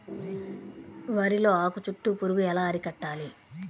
వరిలో ఆకు చుట్టూ పురుగు ఎలా అరికట్టాలి?